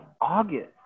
August